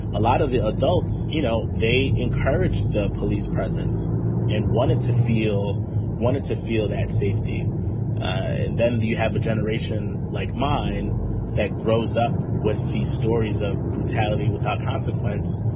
a lot of the adults, you know, they encouraged the police presence and wanted to feel wanted to feel that safety and then. do you have a generation like mine that grows up with these stories of brutality without consequence?